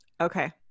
Okay